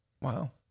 Wow